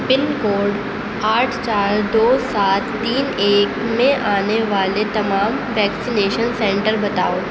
پن code آٹھ چار دو سات تین ایک میں آنے والے تمام ویکسینیشن سینٹر بتاؤ